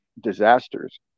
disasters